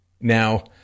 Now